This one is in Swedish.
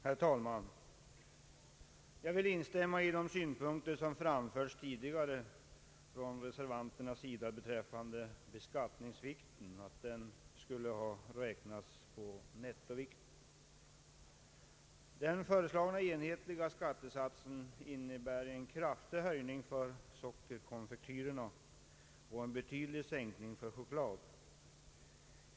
Herr talman! Jag vill instämma i de synpunkter som framförts tidigare av reservanterna beträffande beskattningsvikten, nämligen att den borde vara nettovikten. Den föreslagna enhetliga skattesatsen innebär en kraftig höjning för sockerkonfektyrerna och en betydlig sänkning för choklad.